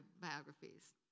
biographies